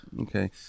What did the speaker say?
okay